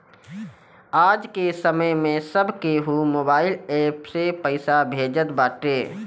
आजके समय में सब केहू मोबाइल एप्प से पईसा भेजत बाटे